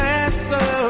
answer